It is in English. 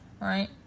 right